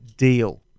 deal